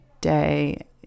day